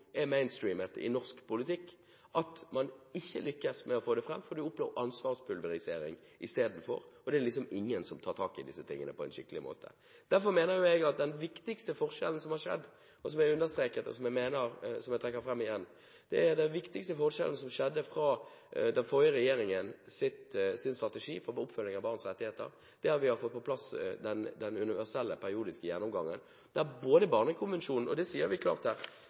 «mainstreamet» i norsk politikk, at man ikke lykkes med å få det fram. Man oppnår ansvarspulverisering i stedet – det er liksom ingen som tar tak i disse tingene på en skikkelig måte. Derfor mener jeg at det viktigste som har skjedd – som jeg understreket, og som jeg vil trekke fram igjen – fra den forrige regjeringens strategi for oppfølging av barns rettigheter til nå, er at vi har fått på plass den universelle, periodiske gjennomgangen. Vi sier klart i oppfølgingsplanen: «Landgjennomgangene i FNs menneskerettighetsråd og